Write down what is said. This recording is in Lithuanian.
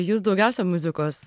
jūs daugiausia muzikos